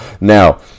now